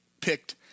picked